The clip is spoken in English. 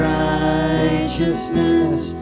righteousness